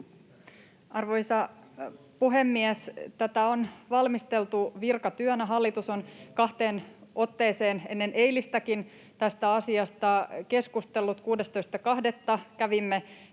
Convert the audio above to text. Arvoisa puhemies! Tätä on valmisteltu virkatyönä, ja hallitus on kahteen otteeseen ennen eilistäkin tästä asiasta keskustellut. 16.2. kävimme keskustelun